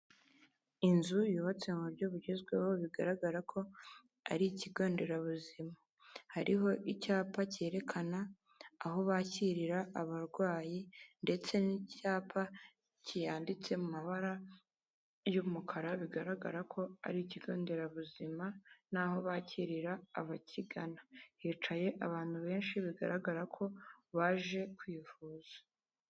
Inzu yubatse mu buryo bugezweho bigaragara ko ari ikigo nderabuzima. Hariho icyapa cyerekana aho bakirira abarwayi ndetse n'icyapa cyanditse mu mabara y'umukara bigaragara ko ari ikigo nderabuzima n'aho bakirira abakigana. Hicaye abantu benshi bigaragara ko baje kwivuza.